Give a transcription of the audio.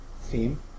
theme